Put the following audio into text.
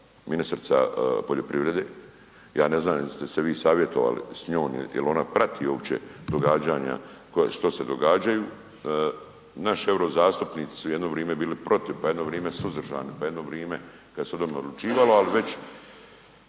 ministrica poljoprivrede. Ja ne znam jeste li se vi savjetovali s njom jel ona prati uopće događanja što se događaju? Naši euro zastupnici su jedno vrijeme bili protiv pa jedno vrijeme suzdržani pa jedno vrijeme kada se … odlučivalo, ali već